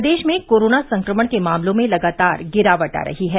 प्रदेश में कोरोना संक्रमण के मामलों में लगातार गिरावट आ रही है